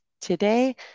today